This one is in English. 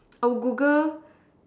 our Google